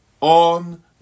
on